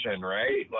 right